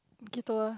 tour ah